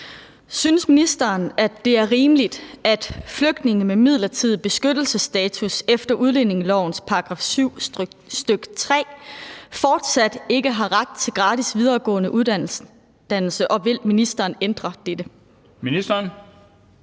Synes ministeren, at det er rimeligt, at flygtninge med midlertidig beskyttelsesstatus efter udlændingelovens § 7, stk. 3, fortsat ikke har ret til gratis videregående uddannelse, og vil ministeren ændre dette? Den